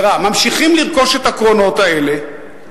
ממשיכים לרכוש את הקרונות האלה,